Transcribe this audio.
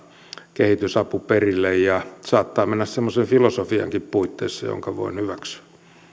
kehitysapu perille ja saattaa mennä semmoisen filosofiankin puitteissa jonka voin hyväksyä